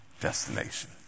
destination